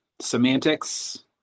semantics